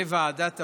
בוועדת הבריאות,